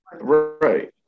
Right